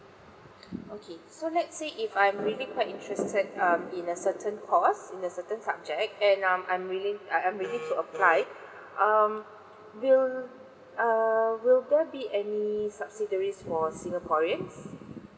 okay so let's say if I'm really quite interested um in a certain course in a certain subject and um I'm willing uh I'm really to apply um will err will there be any subsidiaries for singaporeans